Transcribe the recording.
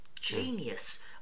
genius